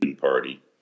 Party